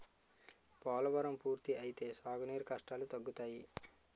పోలవరం పూర్తి అయితే సాగు నీరు కష్టాలు తగ్గుతాయి